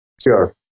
Sure